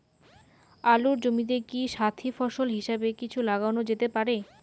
আলুর জমিতে কি সাথি ফসল হিসাবে কিছু লাগানো যেতে পারে?